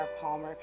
Palmer